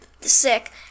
sick